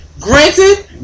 Granted